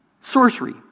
Sorcery